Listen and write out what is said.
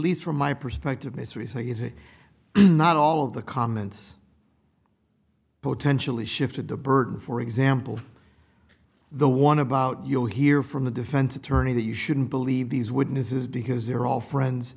least from my perspective mr he said he not all of the comments potentially shifted the burden for example the one about you hear from the defense attorney that you shouldn't believe these witnesses because they're all friends